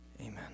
Amen